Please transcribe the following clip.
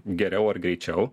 geriau ar greičiau